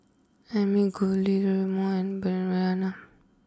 Ami Guillermo and Mariana